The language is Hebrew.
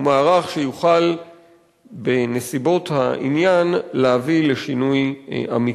הוא מערך שיוכל בנסיבות העניין להביא לשינוי אמיתי.